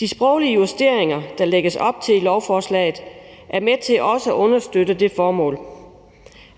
De sproglige justeringer, der lægges op til i lovforslaget, er også med til at understøtte det formål,